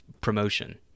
promotion